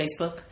Facebook